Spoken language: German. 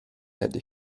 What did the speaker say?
hätte